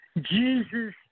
Jesus